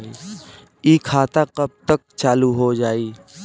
इ खाता कब तक चालू हो जाई?